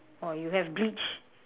oh you have bleach